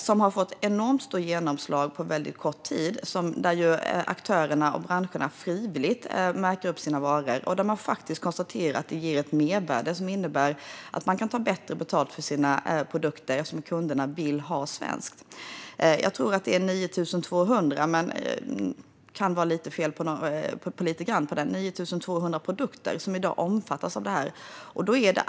Det har fått enormt stort genomslag på kort tid. Aktörerna och branscherna märker frivilligt upp sina varor. De har också konstaterat att det ger ett mervärde som innebär att de kan ta bättre betalt för sina produkter, eftersom kunderna vill ha svenskt. Jag tror att det är 9 200 produkter som omfattas - jag kan ha lite fel.